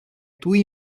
tuj